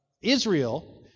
Israel